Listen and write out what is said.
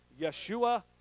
Yeshua